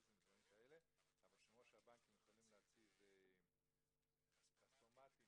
הר-קו לגוש דן והפסקת טעינת כרטיסי רב-קו אצל נהגי האוטובוסים,